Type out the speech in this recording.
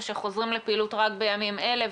או שחוזרים לפעילות רק בימים אלה,